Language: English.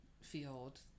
field